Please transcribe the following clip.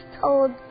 told